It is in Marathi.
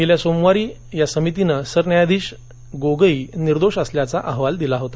गेल्या सोमवारी या समितीनं सरन्यायाधीश गोगोई निर्दोष असल्याचा अहवाल दिला होता